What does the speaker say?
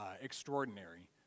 extraordinary